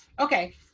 Okay